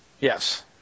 Yes